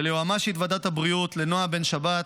וליועמ"שית ועדת הבריאות נעה בן שבת,